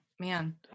Man